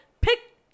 pick